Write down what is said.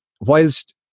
whilst